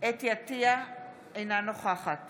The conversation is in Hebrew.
אתי עטייה, אינה נוכחת